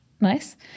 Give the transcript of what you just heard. Nice